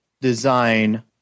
design